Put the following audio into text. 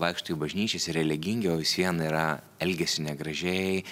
vaikšto į bažnyčias ir religingi o vis vien yra elgiasi negražiai